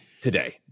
today